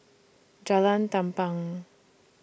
Jalan Tampang